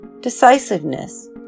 decisiveness